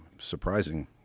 surprising